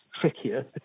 trickier